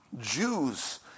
Jews